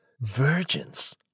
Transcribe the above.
virgins